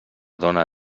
dona